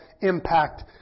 impact